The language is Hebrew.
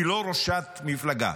היא לא ראשת מפלגה.